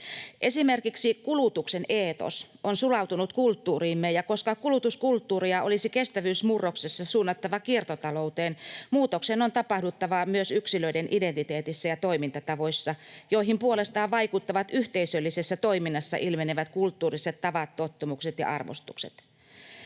Esimerkiksi kulutuksen eetos on sulautunut kulttuuriimme, ja koska kulutuskulttuuria olisi kestävyysmurroksessa suunnattava kiertotalouteen, muutoksen on tapahduttava myös yksilöiden identiteetissä ja toimintatavoissa, joihin puolestaan vaikuttavat yhteisöllisessä toiminnassa ilmenevät kulttuuriset tavat, tottumukset ja arvostukset.